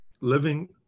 living